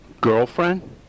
Girlfriend